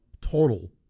total